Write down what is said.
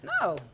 No